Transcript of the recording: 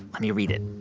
let me read it.